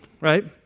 Right